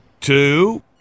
two